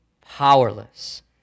powerless